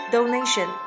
Donation